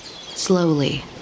Slowly